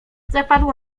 zapadło